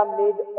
made